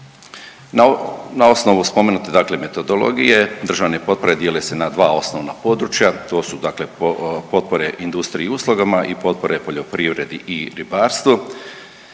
Na osnovu spomenute dakle metodologije državne potpore dijele se na dva osnovna područja. To su dakle potpore industriji i uslugama i potpore poljoprivredi i ribarstvu.